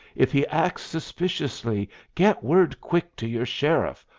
if he acts suspiciously, get word quick to your sheriff,